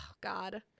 god